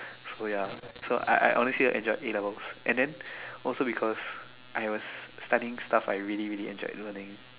so ya so I I honestly enjoyed a-levels and then also because I was studying stuff I really really enjoyed learning